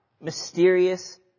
mysterious